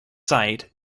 site